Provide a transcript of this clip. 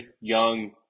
young